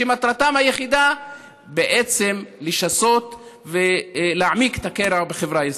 שמטרתם היחידה היא בעצם לשסות ולהעמיק את הקרע בחברה הישראלית.